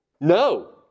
No